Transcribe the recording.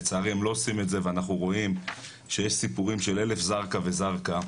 לצערי הם לא עושים את זה ואנחנו רואים שיש סיפורים של אלף זרקא וזרקא,